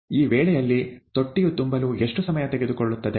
ಈ ವೇಳೆಯಲ್ಲಿ ತೊಟ್ಟಿಯು ತುಂಬಲು ಎಷ್ಟು ಸಮಯ ತೆಗೆದುಕೊಳ್ಳುತ್ತದೆ